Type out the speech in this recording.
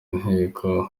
inteko